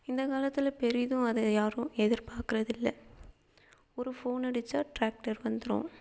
இந்த காலத்தில் பெரிதும் அதை யாரும் எதிர்பாக்கிறதில்ல ஒரு ஃபோன் அடிச்சா டிராக்டர் வந்துரும்